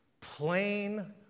plain